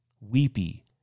weepy